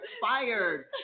fired